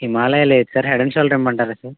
హిమాలయ లేదు sir head and shoulder ఇమ్మంటారా sir